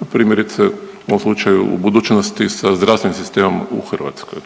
u primjerice u ovom slučaju u budućnosti sa zdravstvenim sistemom u Hrvatskoj,